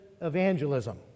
evangelism